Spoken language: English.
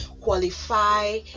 qualify